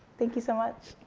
thank you so much.